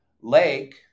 lake